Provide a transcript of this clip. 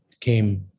came